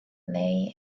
lay